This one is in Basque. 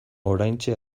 oraintxe